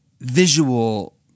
visual